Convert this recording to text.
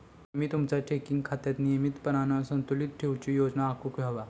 तुम्ही तुमचा चेकिंग खात्यात नियमितपणान संतुलन ठेवूची योजना आखुक व्हया